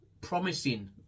promising